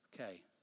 Okay